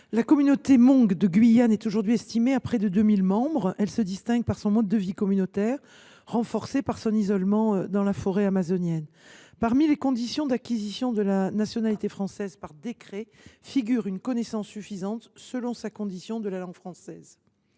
la communauté hmong de Guyane est aujourd’hui estimée à près de 2 000 membres ; elle se distingue par son mode de vie communautaire, renforcé par son isolement dans la forêt amazonienne. Parmi les conditions d’acquisition de la nationalité française par décret figure une connaissance suffisante, selon sa condition, de la langue française.